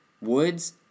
Woods